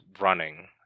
running